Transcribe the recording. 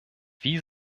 wie